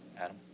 Adam